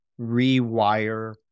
rewire